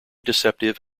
deceptive